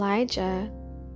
Elijah